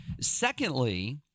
Secondly